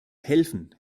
helfen